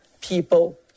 people